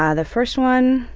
ah the first one